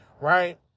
right